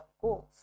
goals